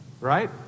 right